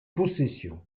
possession